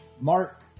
Mark